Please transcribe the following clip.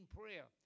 prayer